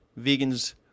Vegans